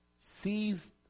sees